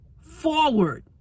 forward